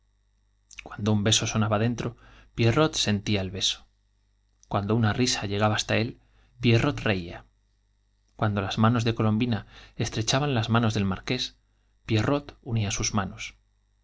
cuando un beso sonaba dentro pierrot sentía el beso cuando risa hasta él pierrot una llegaba reía cuando las manos de colombina estrechaban las del pierrot unía manos